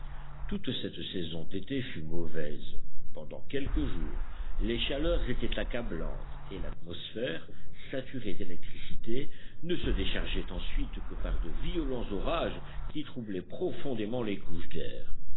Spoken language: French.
toute cette saison d'été fut mauvaise pendant quelques jours les chaleurs étaient accablantes et l'atmosphère saturée d'électricité ne se déchargeait ensuite que par de violents orages qui troublaient profondément les couches d'air